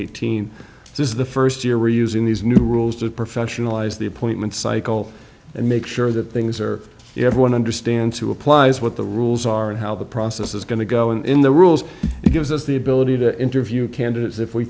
hundred this is the first year we're using these new rules to professionalize the appointment cycle and make sure that things are everyone understands who applies what the rules are and how the process is going to go in the rules it gives us the ability to interview candidates if we